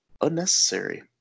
unnecessary